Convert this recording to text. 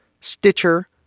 Stitcher